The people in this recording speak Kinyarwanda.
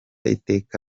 iteka